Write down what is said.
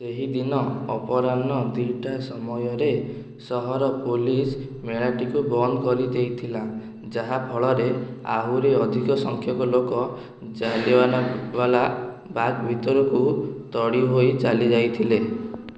ସେହି ଦିନ ଅପରାହ୍ନ ଦୁଇଟା ସମୟରେ ସହର ପୋଲିସ୍ ମେଳାଟିକୁ ବନ୍ଦ କରିଦେଇଥିଲା ଯାହାଫଳରେ ଆହୁରି ଅଧିକ ସଂଖ୍ୟକ ଲୋକ ଜାଲିଆନା ୱାଲା ବାଗ ଭିତରକୁ ତଡ଼ି ହୋଇ ଚାଲିଯାଇଥିଲେ